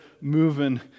moving